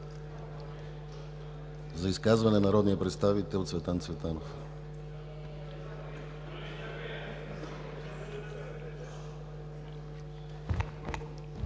За изказване – народният представител Цветан Цветанов.